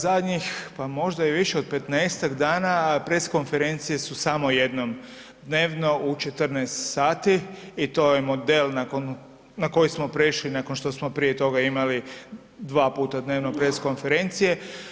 Zadnjih, pa možda i više od 15-tak dana pres konferencije su samo jednom dnevno u 14 sati i to je model na koji smo prešli nakon što smo prije toga imali dva puta dnevno pres konferencije.